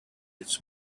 its